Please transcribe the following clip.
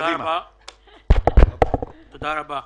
תודה שקבעת